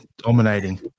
dominating